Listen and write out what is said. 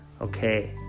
Okay